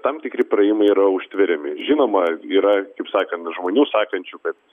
tam tikri praėjimai yra užtveriami žinoma yra kaip sakant žmonių sakančių kad